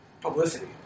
publicity